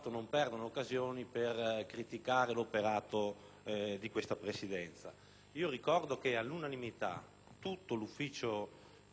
che non perde occasione per criticare l'operato di questa Presidenza. Ricordo che all'unanimità tutti